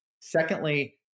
Secondly